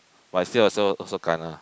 but it's still also also kena